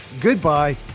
Goodbye